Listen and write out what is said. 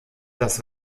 das